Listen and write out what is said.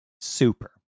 Super